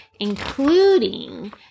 including